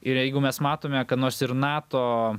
ir jeigu mes matome kad nors ir nato